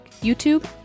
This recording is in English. YouTube